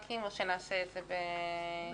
בסדר.